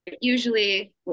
usually